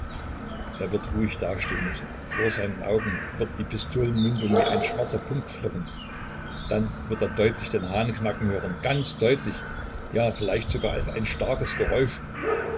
er wird ruhig dastehen müssen vor seinen augen wird die pistolenmündung wie ein schwarzer punkt flirren dann wird er deutlich den hahn knacken hören ganz deutlich ja vielleicht sogar als ein starkes geräusch